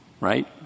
Right